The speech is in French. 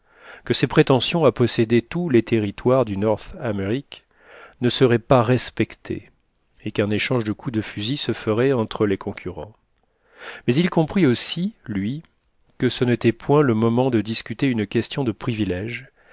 que ses prétentions à posséder tous les territoires du north amérique ne seraient pas respectées et qu'un échange de coups de fusil se ferait entre les concurrents mais il comprit aussi lui que ce n'était point le moment de discuter une question de privilèges